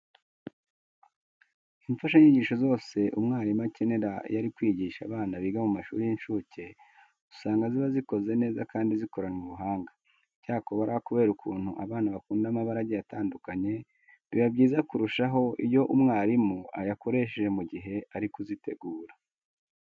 Imfashanyigisho zose umwarimu akenera iyo ari kwigisha abana biga mu mashuri y'incuke, usanga ziba zikoze neza kandi zikoranwe ubuhanga. Icyakora kubera ukuntu abana bakunda amabara agiye atandukanye, biba byiza kurushaho iyo umwarimu ayakoresheje mu gihe ari kuzitegura.